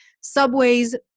subways